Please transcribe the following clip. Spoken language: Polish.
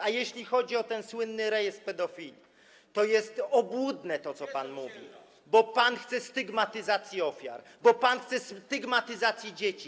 A jeśli chodzi o ten słynny rejestr pedofili, to jest obłudne, co pan mówi, bo pan chce stygmatyzacji ofiar, bo pan chce stygmatyzacji dzieci.